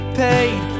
paid